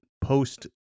post